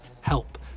help